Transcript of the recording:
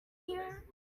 here